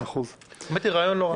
האמת היא, רעיון לא רע.